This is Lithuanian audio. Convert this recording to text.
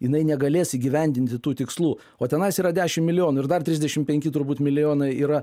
jinai negalės įgyvendinti tų tikslų o tenais yra dešimt milijonų ir dar trisdešim penki turbūt milijonai yra